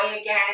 again